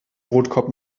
brotkorb